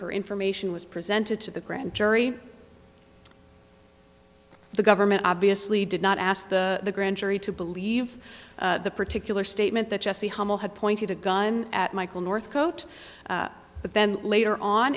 her information was presented to the grand jury the government obviously did not ask the grand jury to believe the particular statement that jessie hummel had pointed a gun at michael north coat but then later on